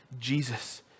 Jesus